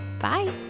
Bye